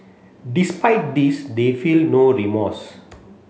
despite this they feel no remorse